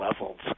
levels